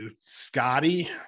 scotty